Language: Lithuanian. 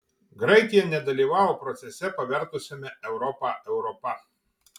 graikija nedalyvavo procese pavertusiame europą europa